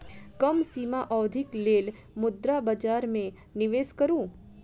कम सीमा अवधिक लेल मुद्रा बजार में निवेश करू